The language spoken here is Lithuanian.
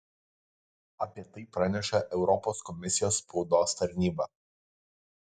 apie tai praneša europos komisijos spaudos tarnyba